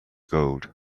gold